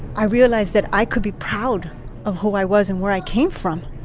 i realized that i could be proud of who i was and where i came from.